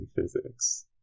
physics